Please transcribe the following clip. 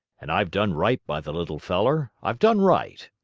and i've done right by the little feller, i've done right,